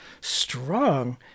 strong